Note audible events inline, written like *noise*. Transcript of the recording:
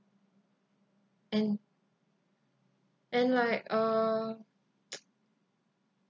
and and like uh *noise*